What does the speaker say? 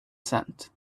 cent